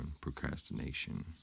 procrastination